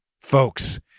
Folks